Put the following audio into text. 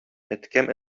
әткәм